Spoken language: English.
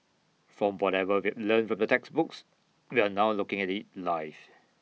from whatever we've learnt from the textbooks we're now looking at IT live